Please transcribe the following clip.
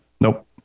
Nope